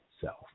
self